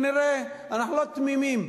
אנחנו לא תמימים,